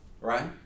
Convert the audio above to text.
Right